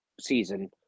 season